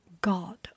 god